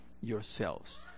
yourselves